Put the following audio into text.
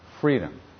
freedom